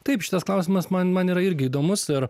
taip šitas klausimas man man yra irgi įdomus ir